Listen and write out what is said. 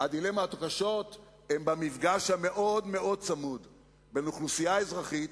הדילמות הקשות הן במפגש המאוד-מאוד צמוד בין אוכלוסייה אזרחית